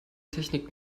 technik